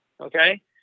Okay